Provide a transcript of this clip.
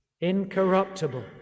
incorruptible